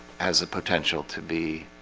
as a potential to be